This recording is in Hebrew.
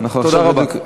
תודה רבה.